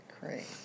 Great